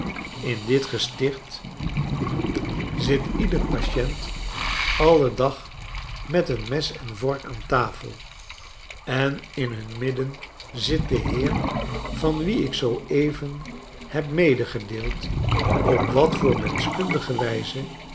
in dit gesticht zit ieder patient alle dag met een mes en vork aan tafel en in hun midden zit de heer van wien ik zoo even heb meegedeeld op wat voor menschkundige wijzehy